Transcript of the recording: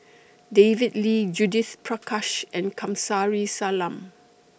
David Lee Judith Prakash and Kamsari Salam